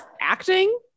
acting